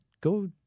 go